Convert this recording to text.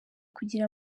kugira